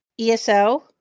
ESO